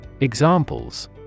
Examples